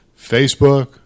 Facebook